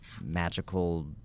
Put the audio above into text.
magical